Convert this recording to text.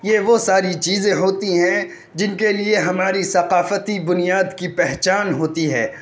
یہ وہ ساری چیزیں ہوتی ہیں جن کے لیے ہماری ثقافتی بنیاد کی پہچان ہوتی ہے